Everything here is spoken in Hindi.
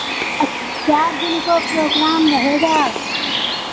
चार दिन को प्रोग्राम रहेगा